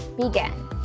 begin